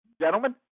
Gentlemen